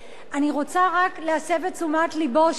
אני רק רוצה להסב את תשומת לבו לכך שמישהו